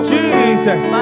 Jesus